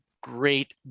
great